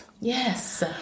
yes